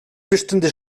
bestünde